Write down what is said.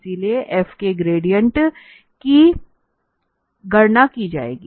इसलिए f के gradient की गणना की जाएगी